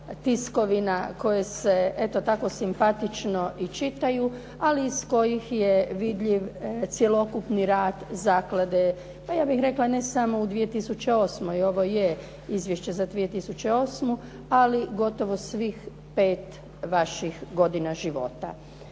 tiskovina koje se eto tako simpatično i čitaju, ali iz kojih je vidljiv cjelokupni rad zaklade, pa ja bih rekla ne samo u 2008. ovo je izvješće za 2008. ali gotovo svih 5 godina vašega života.